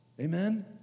Amen